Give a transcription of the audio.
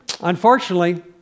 Unfortunately